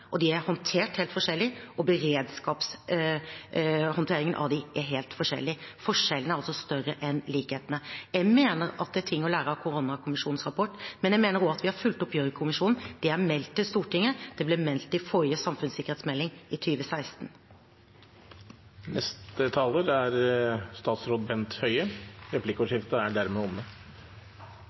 de er håndtert helt forskjellig, og beredskapshåndteringen av dem er helt forskjellig. Forskjellene er altså større enn likhetene. Jeg mener at det er ting å lære av koronakommisjonens rapport, men jeg mener også at vi har fulgt opp Gjørv-kommisjonen. Det er meldt til Stortinget, det ble meldt i forrige samfunnssikkerhetsmelding, i 2016. Replikkordskiftet er